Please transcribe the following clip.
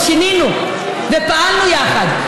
ושינינו ופעלנו יחד.